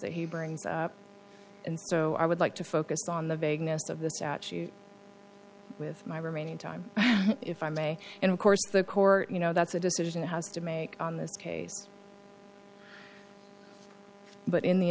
that he brings up and so i would like to focus on the vagueness of the statute with my remaining time if i may and of course the court you know that's a decision has to make on this case but in the